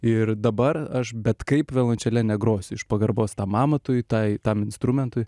ir dabar aš bet kaip violončele negrosiu iš pagarbos tam amatui tai tam instrumentui